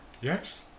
yes